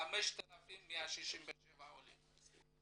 5,167 עולים.